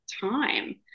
time